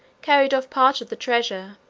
carried off part of the treasure,